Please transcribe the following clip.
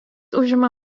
užima